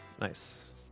Nice